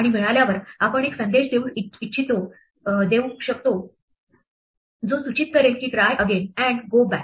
आणि मिळाल्यावर आपण एक संदेश देऊ जो सुचित करेल की try again and go back